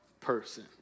person